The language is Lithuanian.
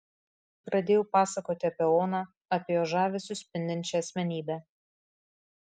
pradėjau pasakoti apie oną apie jos žavesiu spindinčią asmenybę